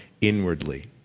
inwardly